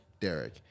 Derek